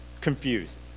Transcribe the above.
confused